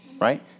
right